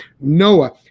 Noah